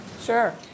Sure